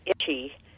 itchy